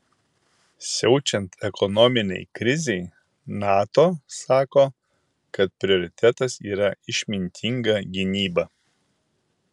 siaučiant ekonominei krizei nato sako kad prioritetas yra išmintinga gynyba